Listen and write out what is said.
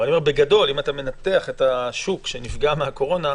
בגדול, אם אתה מנתח את השוק שנפגע מהקורונה,